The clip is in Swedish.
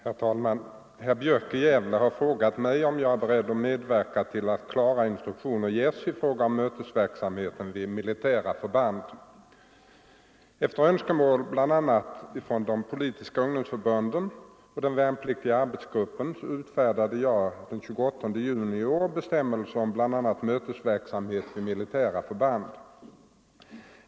Herr talman! Herr Björk i Gävle har frågat mig om jag är beredd att medverka till att klara instruktioner ges i fråga om mötesverksamhet vid militära förband. Efter önskemål från bl.a. de politiska ungdomsförbunden och den värnpliktiga arbetsgruppen utfärdade jag den 28 juni i år bestämmelser om bl.a. mötesverksamhet vid militära förband.